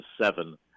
seven